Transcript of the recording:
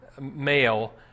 male